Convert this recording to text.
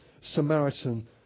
Samaritan